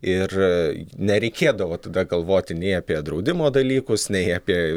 ir nereikėdavo tada galvoti nei apie draudimo dalykus nei apie